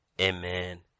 Amen